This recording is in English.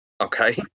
okay